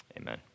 Amen